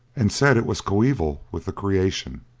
and said it was coeval with the creation.